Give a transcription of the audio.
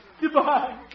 Goodbye